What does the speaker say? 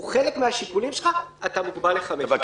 הוא חלק מהשיקולים שלך, אתה מוגבל לחמישה.